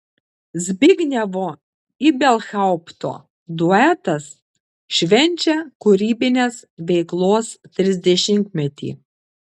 zbignevo ibelhaupto duetas švenčia kūrybinės veiklos trisdešimtmetį